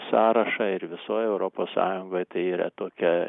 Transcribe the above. sąrašą ir visoj europos sąjungoj tai yra tokia